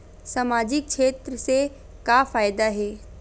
सामजिक क्षेत्र से का फ़ायदा हे?